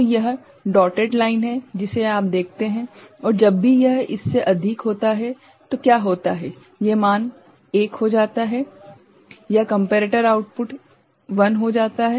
तो यह dotted line है जिसे आप देखते हैं और जब भी यह इससे अधिक होता है तो क्या होता है ये मान 1 हो जाता है यह कम्पेरेटर आउटपुट 1 हो जाता है